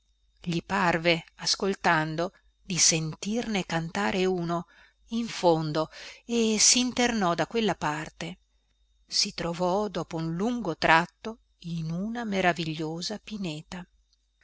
gli parve ascoltando di sentirne cantare uno in fondo e sinternò da quella parte si trovò dopo un lungo tratto in una meravigliosa pineta